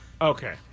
Okay